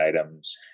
items